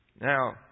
Now